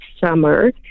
summer